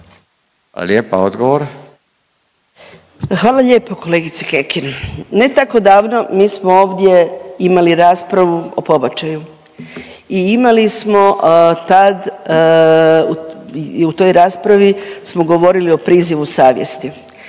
Anka (GLAS)** Hvala lijepa kolegice Kekin. Ne tako davno mi smo ovdje imali raspravu o pobačaju i imali smo tad i u toj raspravi smo govorili o prizivu savjesti.